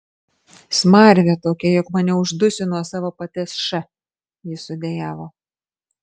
smarvė tokia jog maniau uždusiu nuo savo paties š jis sudejavo